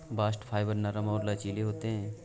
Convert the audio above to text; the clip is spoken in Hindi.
बास्ट फाइबर नरम और लचीले होते हैं